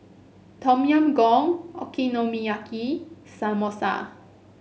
Tom Yam Goong Okonomiyaki Samosa